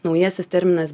naujasis terminas